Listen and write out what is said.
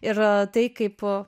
ir tai kaip